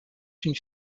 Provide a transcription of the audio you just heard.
une